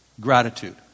gratitude